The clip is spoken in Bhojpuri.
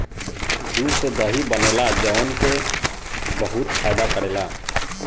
दूध से दही बनेला जवन की बहुते फायदा करेला